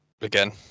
again